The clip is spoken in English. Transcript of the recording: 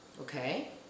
Okay